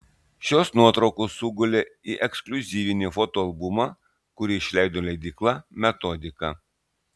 šios nuotraukos sugulė į ekskliuzyvinį fotoalbumą kurį išleido leidykla metodika